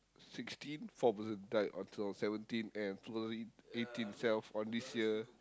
sixteen four person died on two thousand seventeen and two thousand eight~ eighteen itself on this year